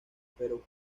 pero